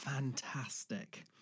fantastic